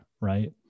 Right